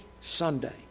Sunday